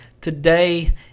today